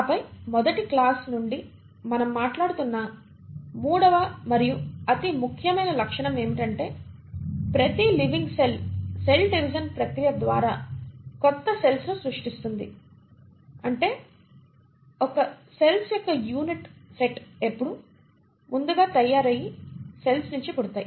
ఆపై మొదటి క్లాస్ నుండి మనం మాట్లాడుతున్న మూడవ మరియు అతి ముఖ్యమైన లక్షణం ఏమిటంటే ప్రతి లివింగ్ సెల్ సెల్ డివిజన్ ప్రక్రియ ద్వారా కొత్త సెల్స్ ను సృష్టిస్తుంది అంటే ఒక సెల్స్ యొక్క సెట్ ఎల్లప్పుడూ ముందు తయారయ్యిన సెల్స్ నించి పుడతాయి